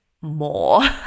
more